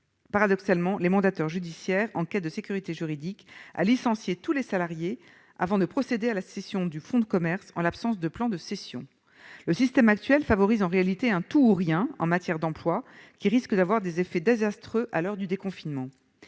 paradoxalement les mandataires judiciaires en quête de sécurité juridique à licencier tous les salariés avant de procéder à la cession du fonds de commerce en l'absence de plan de cession. Le système actuel favorise en réalité un « tout ou rien » en matière d'emplois qui risque d'avoir des effets désastreux à l'heure du déconfinement.